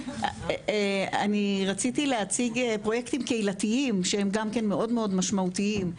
אני רציתי להציג פרויקטים קהילתיים שהם גם כן מאוד מאוד משמעותיים,